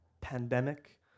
pandemic